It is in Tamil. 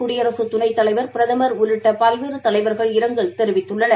குடியரகதணைத்தலைவர் பிரதமர் உள்ளிட்டபல்வேறுதலைவர்கள் இரங்கல் தெரிவித்துள்ளனர்